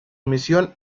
misión